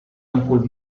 alcun